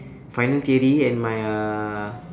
final theory and my uh